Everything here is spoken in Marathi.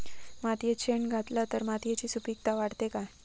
मातयेत शेण घातला तर मातयेची सुपीकता वाढते काय?